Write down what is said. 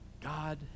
God